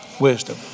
wisdom